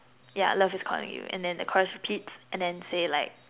yeah love is calling you and then the chorus repeats and then say like